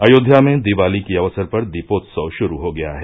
अयोध्या में दिवाली के अवसर पर दीपोत्सव शुरू हो गया है